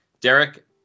Derek